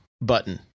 button